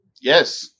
Yes